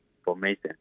information